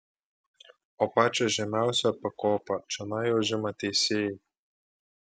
o pačią žemiausią pakopą čionai užima teisėjai